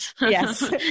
Yes